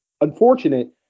unfortunate